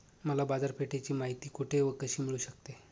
मला बाजारपेठेची माहिती कुठे व कशी मिळू शकते?